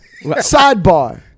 Sidebar